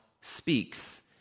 speaks